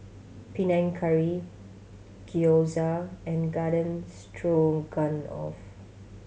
Panang Curry Gyoza and Garden Stroganoff